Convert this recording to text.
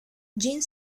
jin